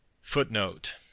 footnote